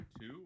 Two